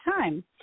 time